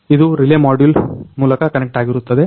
ಇದು relay module ಮೂಲಕ connect ಆಗಿರುತ್ತದೆ